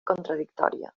contradictòria